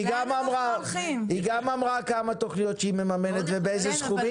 היא גם סקרה כמה תוכניות שהיא מממנת ובאילו סכומים.